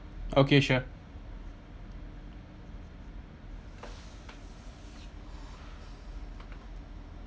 okay sure